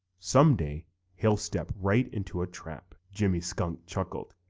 someday he'll step right into a trap. jimmy skunk chuckled.